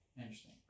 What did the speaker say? Interesting